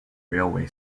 railway